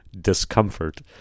discomfort